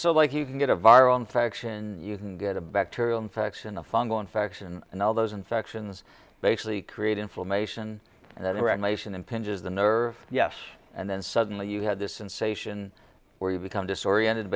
so like you can get a viral infection you can get a bacterial infection a fungal infection and all those infections basically create inflammation that regulation impinges the nerve yes and then suddenly you had this in sation where you become disoriented